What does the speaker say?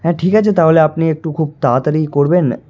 হ্যাঁ ঠিক আছে তাহলে আপনি একটু খুব তাড়াতাড়ি করবেন